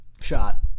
Shot